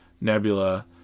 Nebula